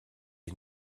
est